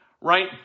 right